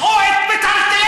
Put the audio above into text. שאו את מיטלטליכם,